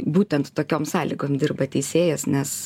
būtent tokiom sąlygom dirba teisėjas nes